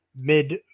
mid